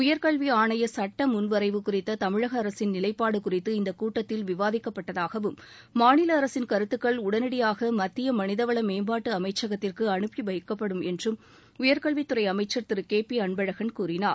உயர்கல்விஆணையசுட்டமுன்வரைவு குறித்ததமிழகஅரசின் நிலைப்பாடுகுறித்து இந்தக் கூட்டத்தில் விவாதிக்கப்பட்டதாகவும் மாநிலஅரசின் கருத்துக்கள் உடனடியாகமத்தியமனிதவளமேம்பாட்டுஅமைச்சகத்திற்குஅனுப்பிவைக்கப்படும் என்றம் உயர்கல்வித்துறைஅமைச்சர் திருகேபிஅன்பழகன் கூறினார்